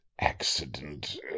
accident